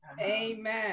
amen